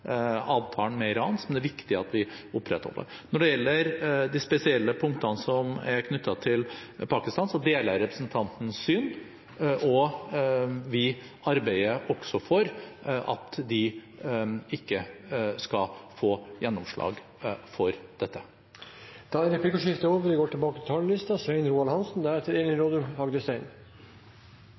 avtalen med Iran, som det er viktig at vi opprettholder. Når det gjelder de spesielle punktene som er knyttet til Pakistan, deler jeg representantens syn, og vi arbeider også for at de ikke skal få gjennomslag for dette. Replikkordskiftet er